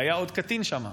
הרי היה עוד קטין שם.